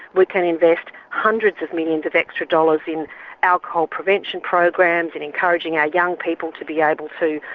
we can invest hundreds of millions of extra dollars in alcohol prevention programs and encouraging our young people to be able to